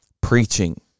preaching